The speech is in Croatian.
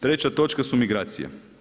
Treća točka su migracije.